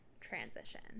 transition